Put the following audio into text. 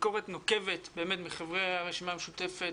ביקורת נוקבת באמת מחברי הרשימה המשותפת,